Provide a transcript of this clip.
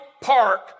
park